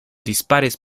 dispares